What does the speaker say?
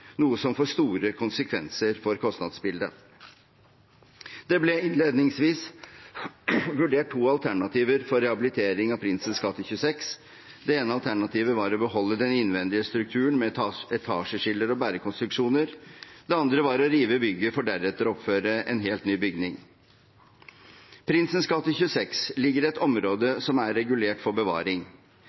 noe som får store konsekvenser for kostnadsbildet. Det ble innledningsvis vurdert to alternativer for rehabilitering av Prinsens gate 26. Det ene alternativet var å beholde den innvendige strukturen med etasjeskiller og bærekonstruksjoner. Det andre var å rive bygget for deretter å oppføre en helt ny bygning. Prinsens gate 26 ligger i et område som er regulert for bevaring.